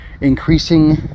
increasing